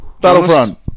battlefront